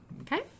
Okay